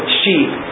sheep